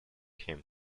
him